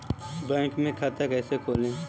Bank में खाता कैसे खोलें?